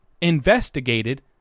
investigated